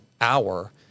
hour